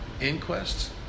inquest